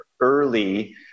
early